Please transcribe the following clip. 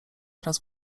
oraz